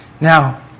Now